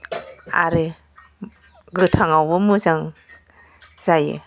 आरो गोथांआवबो मोजां जायो